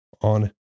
on